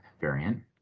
variant